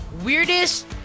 Weirdest